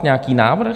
Nějaký návrh?